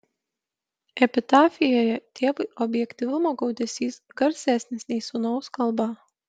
epitafijoje tėvui objektyvumo gaudesys garsesnis nei sūnaus kalba